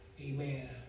amen